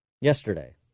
yesterday